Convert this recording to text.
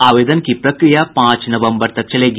आवेदन की प्रक्रिया पांच नवम्बर तक चलेगी